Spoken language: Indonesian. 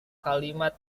kalimat